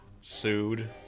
sued